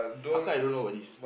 how come I don't know about this